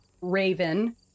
Raven